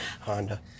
Honda